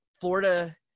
Florida